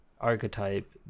archetype